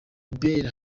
bella